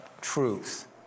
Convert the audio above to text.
truth